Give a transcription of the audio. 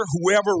whoever